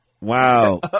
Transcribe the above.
Wow